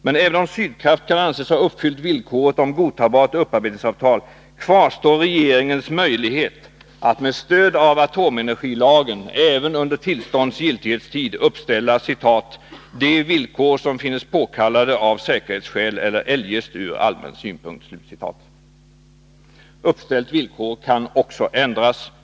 Men även om Sydkraft kan anses ha uppfyllt villkoret om godtagbart upparbetningsavtal kvarstår regeringens möjlighet att med stöd av atomenergilagen även under tillståndets giltighetstid uppställa ”de villkor som finnes påkallade av säkerhetsskäl eller eljest ur allmän synpunkt”. Uppställt villkor kan också ändras.